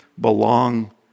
belong